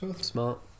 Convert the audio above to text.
Smart